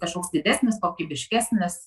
kažkoks didesnis kokybiškesnis